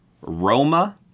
Roma